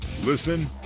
Listen